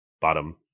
bottom